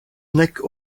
nek